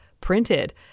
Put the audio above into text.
printed